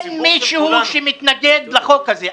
-- אין מישהו שמתנגד לחוק הזה.